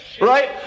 right